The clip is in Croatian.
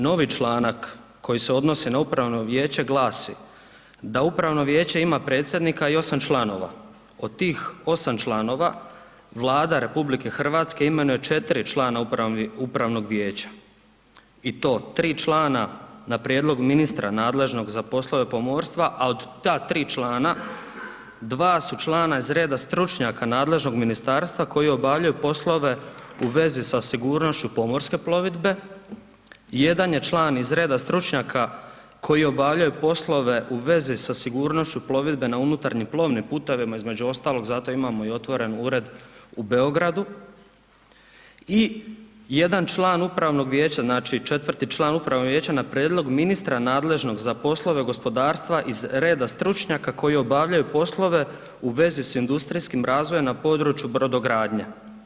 Novi članak koji se odnosi na upravno vijeće glasi da upravno vijeće ima predsjednika i 8 članova, od tih 8 članova Vlada RH imenuje 4 člana upravnog vijeća i to 3 člana na prijedlog ministra nadležnog za poslove pomorstva, a od ta 3 člana 2 su člana iz reda stručnjaka nadležnog ministarstva koji obavljaju poslove u vezi sa sigurnošću pomorske plovidbe, jedan je član iz reda stručnjaka koji obavljaju poslove u vezi sa sigurnošću plovidbe na unutarnjim plovnim putovima, između ostalog zato imamo i otvoren ured u Beogradu i jedan član upravnog vijeća, znači četvrti član upravnog vijeća na prijedlog ministra nadležnog za poslove gospodarstva iz reda stručnjaka koji obavljaju poslove u vezi s industrijskim razvojem na području brodogradnje.